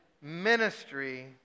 ministry